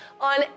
on